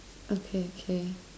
okay okay